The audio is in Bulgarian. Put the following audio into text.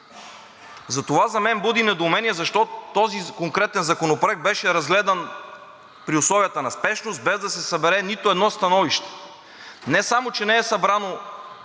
Затова за мен буди недоумение защо този конкретен законопроект беше разгледан при условията на спешност, без да се събере нито едно становище. Не само че не е събрано